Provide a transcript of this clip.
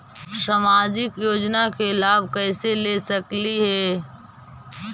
सामाजिक योजना के लाभ कैसे ले सकली हे?